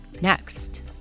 Next